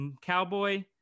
cowboy